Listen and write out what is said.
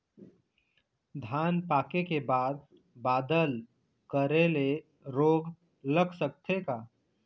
धान पाके के बाद बादल करे ले रोग लग सकथे का?